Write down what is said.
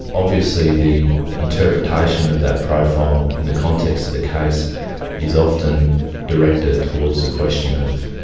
obviously the interpretation of that profile in the context of the case is often directed towards the question of,